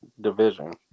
division